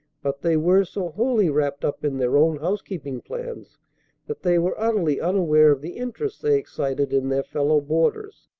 but they were so wholly wrapped up in their own housekeeping plans that they were utterly unaware of the interest they excited in their fellow-boarders.